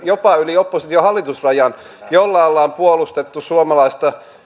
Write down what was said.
jopa yli oppositio hallitus rajan sen yksituumaisuuden jolla ollaan puolustettu suomalaista